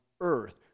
earth